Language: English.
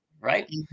right